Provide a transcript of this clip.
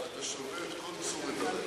אתה שובה את כל תשומת הלב.